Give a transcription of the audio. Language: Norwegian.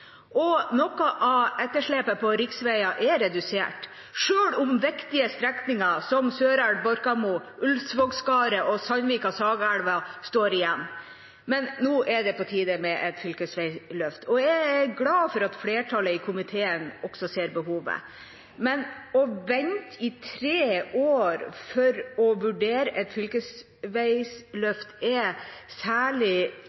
skinner. Noe av etterslepet på riksveiene er redusert, selv om viktige strekninger som Sørelva–Borkamo, Ulvsvågskaret og Sandvika–Sagelva står igjen. Men nå er det på tide med et fylkesveiløft. Jeg er glad for at flertallet i komiteen også ser behovet. Men å vente i tre år for å vurdere et